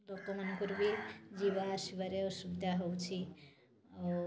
ଲୋକମାନଙ୍କର ବି ଯିବା ଆସିବାରେ ଅସୁବିଧା ହେଉଛି ଆଉ